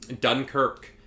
dunkirk